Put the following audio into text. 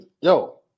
Yo